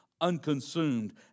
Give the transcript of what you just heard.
unconsumed